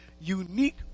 unique